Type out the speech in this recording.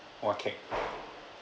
what cake